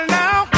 now